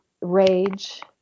rage